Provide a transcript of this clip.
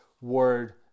word